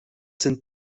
sind